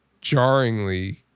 jarringly